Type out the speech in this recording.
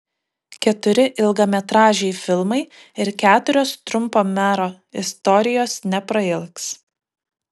keturi ilgametražiai filmai ir keturios trumpo mero istorijos neprailgs